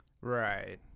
Right